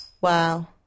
Wow